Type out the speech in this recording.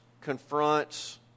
confronts